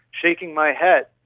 shaking my head,